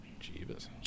Jeebus